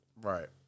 Right